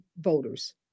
voters